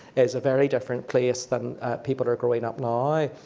is a very different place than people are growing up now.